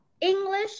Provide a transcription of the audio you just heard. English